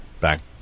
back